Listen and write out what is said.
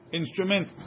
instrument